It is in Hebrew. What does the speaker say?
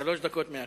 שלוש דקות מעכשיו.